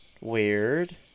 weird